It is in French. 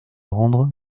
rendre